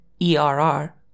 ERR